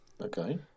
Okay